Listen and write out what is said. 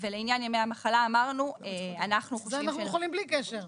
את זה אנחנו יכולים בלי קשר.